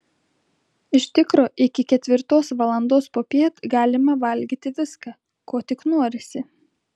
iš tikro iki ketvirtos valandos popiet galima valgyti viską ko tik norisi